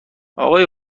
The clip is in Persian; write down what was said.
آقای